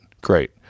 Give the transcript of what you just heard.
great